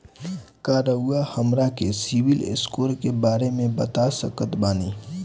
का रउआ हमरा के सिबिल स्कोर के बारे में बता सकत बानी?